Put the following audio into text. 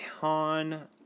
Han